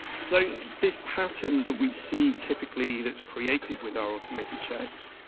so this pattern that we see typically that is created with our automated checks,